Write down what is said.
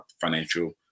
financial